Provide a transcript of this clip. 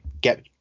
get